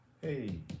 Hey